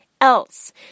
else